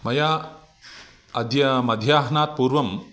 मया अद्य मध्याह्णात् पूर्वं